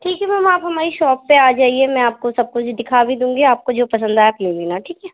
ٹھیک ہے میم آپ ہماری شاپ پہ آ جائیے میں آپ کو سب کچھ دکھا بھی دوں گی آپ کو جو پسند آئے آپ لے لینا ٹھیک ہے